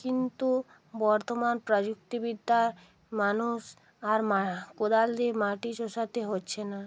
কিন্তু বর্তমান প্রযুক্তিবিদ্যা মানুষ আর কোদাল দিয়ে মাটি চষাতে হচ্ছে না